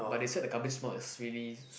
but they set the is really